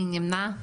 מי נמנע?